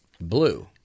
blue